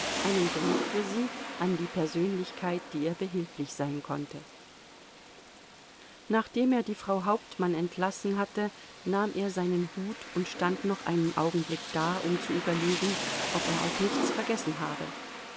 einen brief für sie an die persönlichkeit die ihr behilflich sein konnte nachdem er die frau hauptmann entlassen hatte nahm er seinen hut und stand noch einen augenblick da um zu überlegen ob er auch nichts vergessen habe